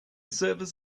servers